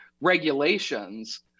regulations